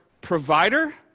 provider